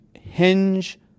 hinge